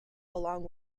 along